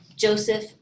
Joseph